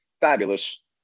fabulous